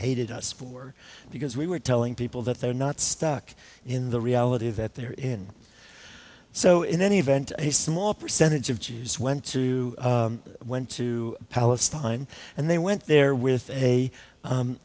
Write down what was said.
hated us for because we were telling people that they're not stuck in the reality that they're in so in any event a small percentage of jews went to went to palestine and they went there with a